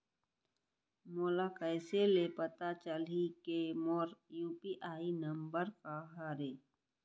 मोला कइसे ले पता चलही के मोर यू.पी.आई नंबर का हरे?